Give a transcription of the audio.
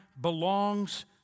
belongs